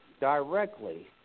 directly